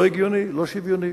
לא הגיוני, לא שוויוני.